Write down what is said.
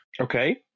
Okay